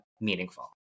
Meaningful